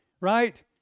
right